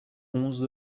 onze